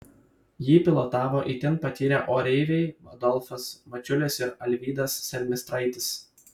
jį pilotavo itin patyrę oreiviai adolfas mačiulis ir alvydas selmistraitis